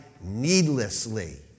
needlessly